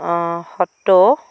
অঁ সত্তৰ